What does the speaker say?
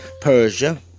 Persia